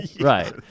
Right